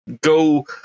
go